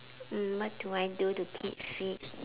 mm what do I do to keep fit